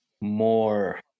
more